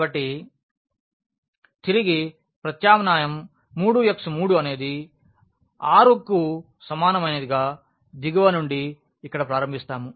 కాబట్టి తిరిగి ప్రత్యామ్నాయం 3x3 అనేది 6 కి సమానమైనదిగా దిగువ నుండి ఇక్కడ ప్రారంభిస్తాము